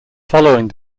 following